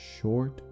Short